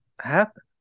happen